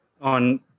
on